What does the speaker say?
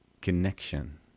connection